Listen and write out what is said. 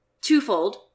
twofold